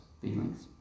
feelings